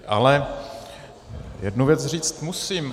Ale jednu věc říct musím.